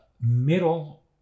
middle